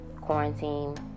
quarantine